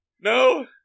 no